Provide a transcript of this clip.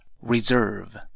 reserve